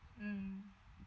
mmhmm